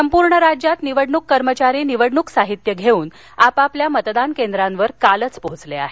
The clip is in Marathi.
संपूर्ण राज्यात निवडणूक कर्मचारी निवडणूक साहित्य घेऊन आपापल्या मतदार केंद्रांवर कालच पोहोचले आहेत